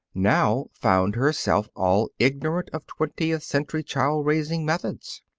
now found herself all ignorant of twentieth century child-raising methods.